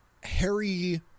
Harry